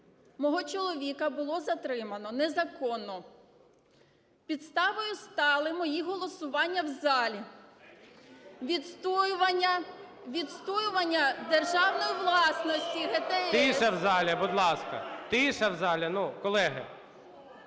мого чоловіка було затримано незаконно. Підставою стали мої голосування в залі, відстоювання державної власності ГТС… (Шум у залі) ГОЛОВУЮЧИЙ. Тиша в залі, будь